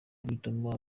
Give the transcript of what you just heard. guhitamo